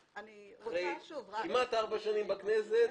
כמעט ארבע שנים בכנסת.